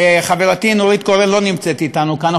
חברתי נורית קורן לא נמצאת אתנו כאן,